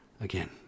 again